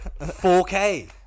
4K